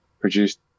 produced